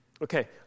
Okay